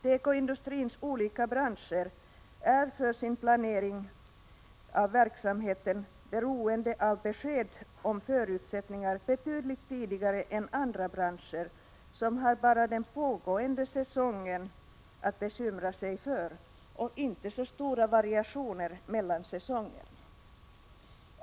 Tekoindustrins olika branscher är för planering av sin verksamhet beroende av besked om förutsättningar betydligt tidigare än andra branscher, som bara har den pågående säsongen att bekymra sig för och inte så stora variationer mellan säsongerna.